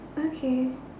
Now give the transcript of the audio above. okay